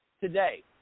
today